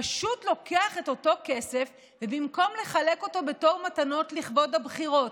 פשוט לוקח את אותו כסף ובמקום לחלק אותו בתור מתנות לכבוד הבחירות,